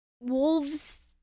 wolves